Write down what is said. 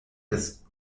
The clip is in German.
des